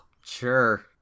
sure